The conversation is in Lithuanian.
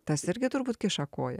tas irgi turbūt kiša koją